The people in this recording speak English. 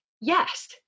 yes